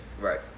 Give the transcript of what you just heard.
Right